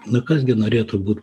nu kas gi norėtų būt